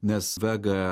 nes vega